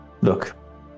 look